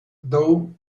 though